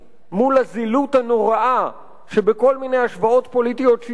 מול הזילות הנוראה שבכל מיני השוואות פוליטיות שטחיות.